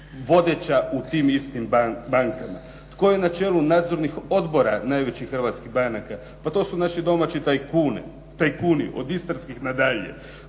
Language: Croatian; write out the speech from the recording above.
vodeća u tim istim bankama. Tko je na čelu nadzornih odbora najvećih hrvatskih banaka? Pa to su naši domaći tajkuni, od istarskih na dalje.